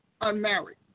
unmarried